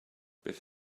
beth